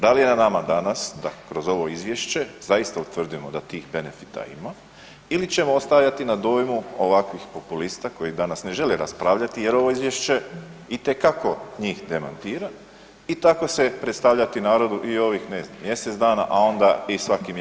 Da li je na nama danas da kroz ovo izvješće zaista utvrdimo da tih benefita ima ili ćemo ostavljati na dojmu ovakvih populista koji danas ne žele raspravljati jer ovo izvješće itekako njih demantira i tako se predstavljati narodu i ovih ne znam, mjesec dana a onda i svaki mjesec poslije toga.